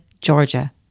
Georgia